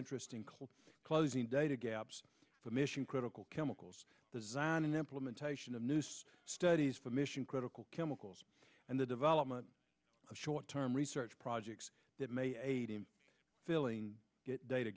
interesting clip closing data gaps for mission critical chemicals design and implementation of news studies for mission critical chemicals and the development of short term research projects that may aid in filling get data